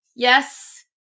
Yes